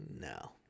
No